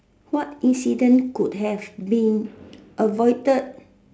what incident could have been avoided